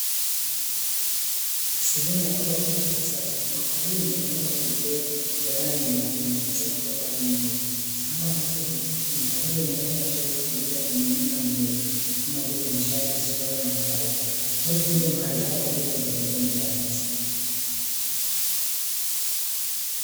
Sehemu ya duka kubwa la kisasa. Duka hili limetengenezwa kwa vigae vya rangi nyeupe na kuta zake kupakwa rangi nyeupe, sambamba na hilo, duka limewekwa shelfu kwa ajili ya kuning'iniza nguo kama vile; mashati, suruali na kadhalika, watu huja mahali hapa kwa ajili ya kujipatia bidhaa hizi.